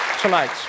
tonight